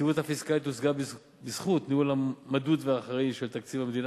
היציבות הפיסקלית הושגה בזכות ניהול מדוד ואחראי של תקציב המדינה,